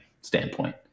standpoint